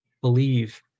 believe